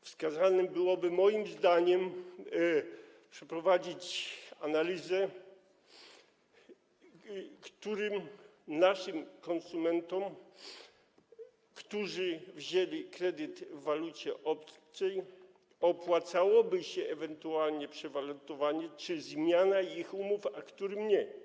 Wskazane byłoby, moim zdaniem, przeprowadzić analizę, którym konsumentom, którzy wzięli kredyt w walucie obcej, opłacałoby się ewentualnie przewalutowanie czy zmiana ich umów, a którym nie.